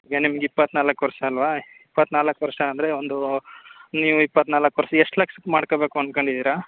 ಈಗ ನಿಮ್ಗೆ ಇಪ್ಪತ್ತ್ನಾಲ್ಕು ವರ್ಷ ಅಲ್ವಾ ಇಪ್ಪತ್ತ್ನಾಲ್ಕು ವರ್ಷ ಅಂದರೆ ಒಂದು ನೀವು ಇಪ್ಪತ್ತ್ನಾಲ್ಕು ವರ್ಷ ಎಷ್ಟು ಲಕ್ಷಕ್ಕೆ ಮಾಡ್ಕೋಬೇಕು ಅನ್ಕೊಂಡಿದ್ದೀರ